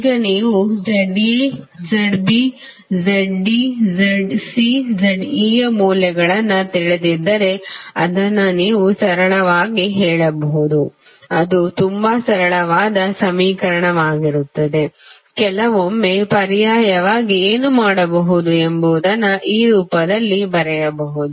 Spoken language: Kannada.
ಈಗ ನೀವು ZAZBZDZCZE ಯ ಮೌಲ್ಯಗಳನ್ನು ತಿಳಿದಿದ್ದರೆ ಅದನ್ನು ನೀವು ಸರಳವಾಗಿ ಹೇಳಬಹುದು ಅದು ತುಂಬಾ ಸರಳವಾದ ಸಮೀಕರಣವಾಗಿರುತ್ತದೆ ಕೆಲವೊಮ್ಮೆ ಪರ್ಯಾಯವಾಗಿ ಏನು ಮಾಡಬಹುದು ಎಂಬುದನ್ನು ಈ ರೂಪದಲ್ಲಿ ಬರೆಯಬಹುದು